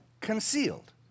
concealed